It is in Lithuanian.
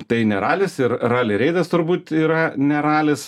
tai ne ralis ir rali reidas turbūt yra ne ralis